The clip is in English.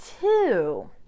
two